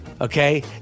okay